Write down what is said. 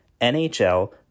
NHL